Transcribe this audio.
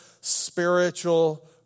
spiritual